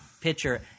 pitcher